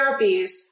therapies